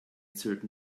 certain